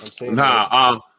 Nah